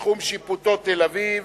תחום שיפוטו תל-אביב,